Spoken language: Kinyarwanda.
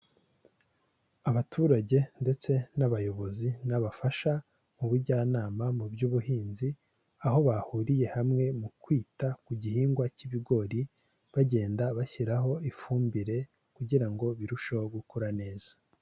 Abaturage ndetse n'abayobozi n'abafasha mu bujyanama mu by'ubuhinzi, aho bahuriye hamwe mu kwita ku gihingwa cy'ibigori, bagenda bashyiraho ifumbire kugira ngo birusheho gukura neza.